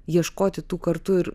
ieškoti tų kartu ir